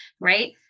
right